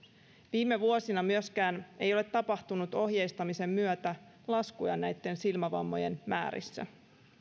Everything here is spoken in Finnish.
viime vuosina myöskään ei ole tapahtunut ohjeistamisen myötä laskuja silmävammojen määrissä